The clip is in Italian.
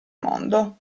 mondo